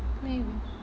maybe